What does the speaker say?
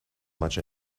much